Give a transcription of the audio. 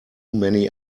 many